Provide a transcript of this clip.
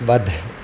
वध्